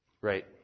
Right